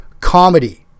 comedy